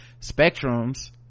spectrums